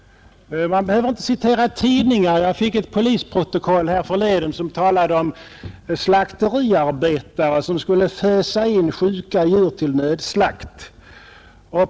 Jag behöver inte citera tidningar i det här sammanhanget. Härförleden fick jag ett polisprotokoll där det talas om slakteriarbetare som med hårda tag föste in sjuka djur till nödslakt.